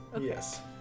yes